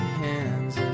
hands